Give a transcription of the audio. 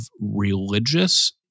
religious